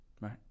right